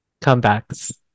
Comebacks